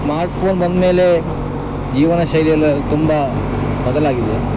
smartphone ಬಂದ್ಮೇಲೆ ಜೀವನಶೈಲಿ ಎಲ್ಲ ತುಂಬ ಬದಲಾಗಿದೆ